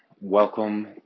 Welcome